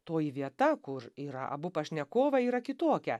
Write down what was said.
toji vieta kur yra abu pašnekovai yra kitokia